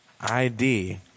ID